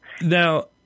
now